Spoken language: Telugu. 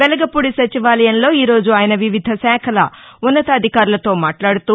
వెలగపూడి సచివాలయంలో ఈ రోజు ఆయన వివిధ శాఖల ఉన్నతాధికారులతో మాట్లాడుతూ